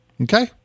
okay